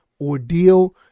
ordeal